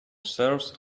serves